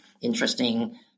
interesting